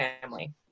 family